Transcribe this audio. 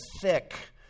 thick